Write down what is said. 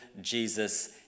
Jesus